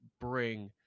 bring